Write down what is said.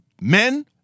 Men